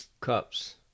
Cups